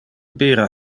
bira